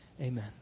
Amen